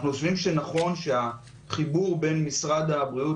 אנחנו חושבים שנכון שהחיבור בין משרד הבריאות